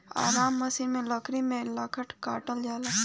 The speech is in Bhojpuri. आरा मसिन में लकड़ी के लट्ठा काटल जाला